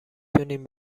تونیم